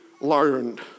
Learned